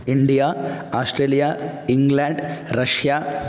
India Australia England Russia